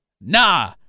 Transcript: Nah